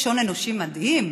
יש הון אנושי מדהים,